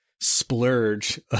splurge